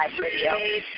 Radio